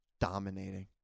dominating